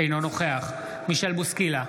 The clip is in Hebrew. אינו נוכח מישל בוסקילה,